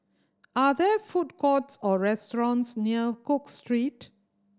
are there food courts or restaurants near Cook Street